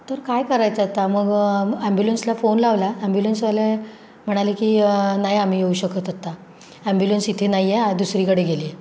तर काय करायचं आता मग ॲम्ब्युलन्सला फोन लावला ॲम्ब्युलन्सवाले म्हणाले की नाही आम्ही येऊ शकत आत्ता ॲम्ब्युलन्स इथे नाही आहे आ दुसरीकडे गेली आहे